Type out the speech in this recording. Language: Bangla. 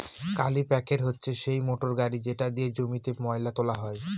কাল্টিপ্যাকের হচ্ছে সেই মোটর গাড়ি যেটা দিয়ে জমিতে ময়লা তোলা হয়